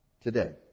today